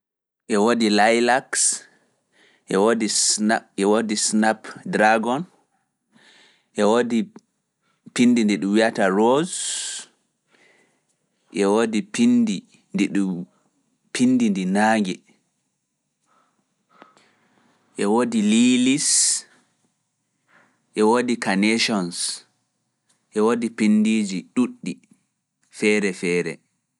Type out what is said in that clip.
E woodi lilac, e woodi snap, e woodi snap dragon, e woodi pinndi ndi ɗum wiyata rose, e woodi pindi ndi naange, e ko lutti ko duudi.